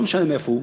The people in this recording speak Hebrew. לא משנה מאיפה הוא,